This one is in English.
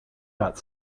got